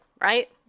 right